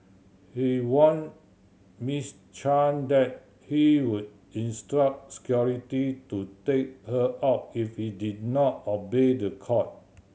he warned Miss Chan that he would instruct security to take her out if she did not obey the court